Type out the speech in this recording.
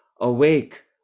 awake